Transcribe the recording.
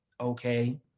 okay